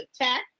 attack